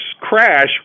crash